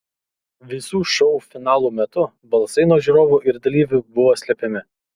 visų šou finalų metu balsai nuo žiūrovų ir dalyvių buvo slepiami